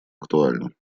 актуальна